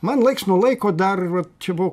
man laiks nuo laiko dar va čia buvau